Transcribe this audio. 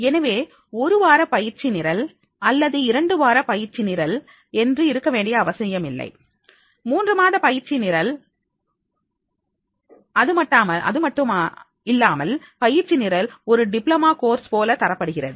எனவே ஒரு வார பயிற்சி நிரல் அல்லது இரண்டு வார பயிற்சி நிரல் என்று இருக்க வேண்டிய அவசியமில்லை மூன்று மாத பயிற்சி நிரல் அதுமட்டுமல்லாமல் பயிற்சி நிரல் ஒரு டிப்ளமோ கோர்ஸ் போல தரப்படுகிறது